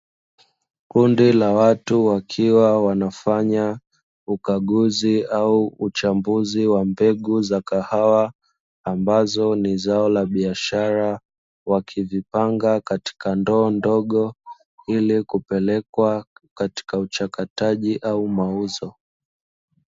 Kundi la watu wakiwa wanafanya ukaguzi au uchambuzi wa mbegu za kahawa ambazo ni zao la biashara. Wakizipanga katika ndoo ndogo, ili kupelekwa katika uchakataji au mauzo.